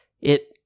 It